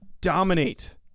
dominate